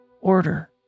Order